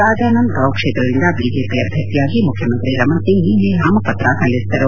ರಾಜಾನಂದ್ಗಾಂವ್ ಕ್ಷೇತ್ರದಿಂದ ಬಿಜೆಪಿ ಅಭ್ಯರ್ಥಿಯಾಗಿ ಮುಖ್ಯಮಂತ್ರಿ ರಮಣ್ಸಿಂಗ್ ನಿನ್ನೆ ನಾಮಪತ್ರ ಸಲ್ಲಿಸಿದರು